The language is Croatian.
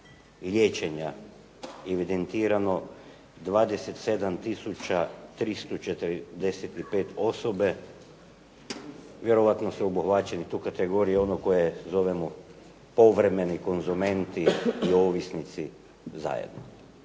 liječenja evidentirano 27 tisuća 345 osobe, vjerovatno su obuhvaćeni u tu kategoriju ono što zovemo povremeni konzumenti i ovisnici zajedno.